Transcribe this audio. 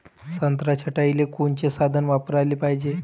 संत्रा छटाईले कोनचे साधन वापराले पाहिजे?